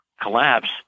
collapse